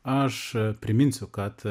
aš priminsiu kad